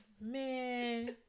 Man